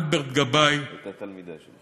אלברט גבאי, הייתה תלמידה שלי.